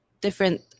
different